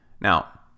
Now